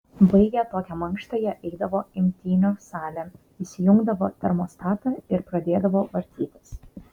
baigę tokią mankštą jie eidavo imtynių salėn įsijungdavo termostatą ir pradėdavo vartytis